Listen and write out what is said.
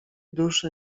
duszy